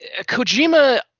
Kojima